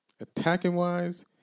attacking-wise